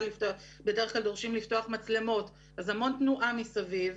בדרך כלל דורשים לפתוח מצלמות אז המון תנועה מסביב,